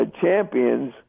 champions